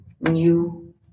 new